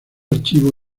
archivo